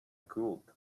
could